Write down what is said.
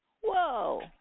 Whoa